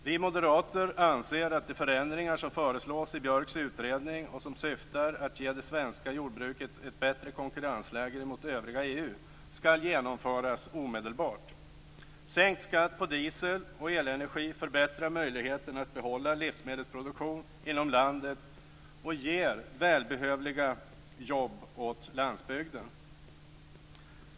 Vi moderater anser att de förändringar som föreslås i Björks utredning och som syftar till att ge det svenska jordbruket ett bättre konkurrensläge gentemot övriga EU skall genomföras omedelbart. Sänkt skatt på diesel och elenergi förbättrar möjligheten att behålla livsmedelsproduktion inom landet och ger välbehövliga jobb åt landsbygden.